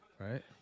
Right